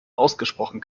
ausgesprochen